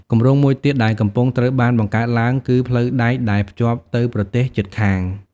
គម្រោងមួយទៀតដែលកំពុងត្រូវបានបង្កើតឡើងគឺផ្លូវដែកដែលភ្ជាប់ទៅប្រទេសជិតខាង។